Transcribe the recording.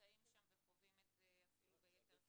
נמצאים שם וחווים את זה אפילו ביתר שאת.